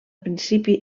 principi